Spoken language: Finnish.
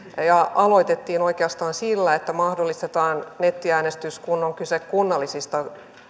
se aloitettiin oikeastaan sillä että mahdollistetaan nettiäänestys kun on kyse kunnallisista